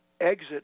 exit